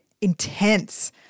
intense